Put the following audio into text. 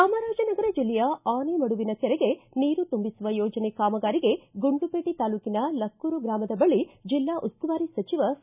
ಚಾಮರಾಜನಗರ ಜಿಲ್ಲೆಯ ಆನೆಮಡುವಿನ ಕೆರೆಗೆ ನೀರು ತುಂಬಿಸುವ ಯೋಜನೆ ಕಾಮಗಾರಿಗೆ ಗುಂಡ್ಲುಪೇಟೆ ತಾಲೂಕಿನ ಲಕ್ಕೂರು ಗ್ರಾಮದ ಬಳಿ ಜಿಲ್ಲಾ ಉಸ್ತುವಾರಿ ಸಚಿವ ಸಿ